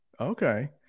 Okay